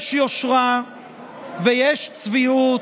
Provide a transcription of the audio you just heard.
יש יושרה ויש צביעות,